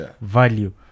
value